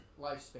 lifespan